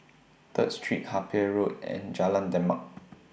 Third Street Harper Road and Jalan Demak